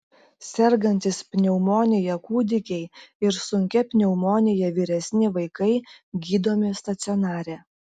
sergantys pneumonija kūdikiai ir sunkia pneumonija vyresni vaikai gydomi stacionare